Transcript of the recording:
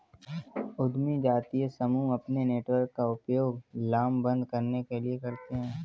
उद्यमी जातीय समूह अपने नेटवर्क का उपयोग लामबंद करने के लिए करते हैं